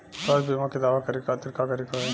स्वास्थ्य बीमा के दावा करे के खातिर का करे के होई?